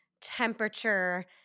temperature